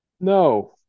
No